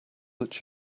that